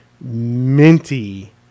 minty